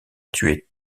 tuer